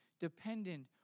dependent